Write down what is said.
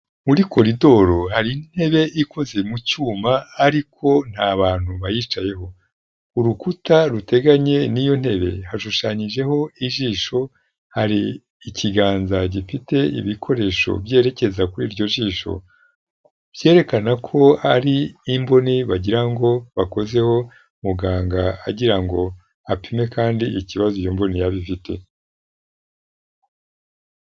Muri koridoro hari intebe ikoze mu cyuma ariko nta bantu bayicayeho. Urukuta ruteganye n'iyo ntebe hashushanyijeho ijisho, hari ikiganza gifite ibikoresho byerekeza kuri iryo jisho, byerekana ko ari imboni bagira ngo bakozeho, muganga agira ngo apime kandi ikibazo iyo mbone yaba ifite.